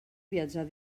viatjar